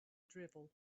drivel